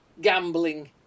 Gambling